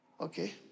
Okay